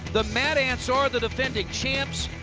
the mad ants are the defending champs.